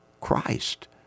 Christ